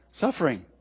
suffering